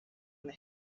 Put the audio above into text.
una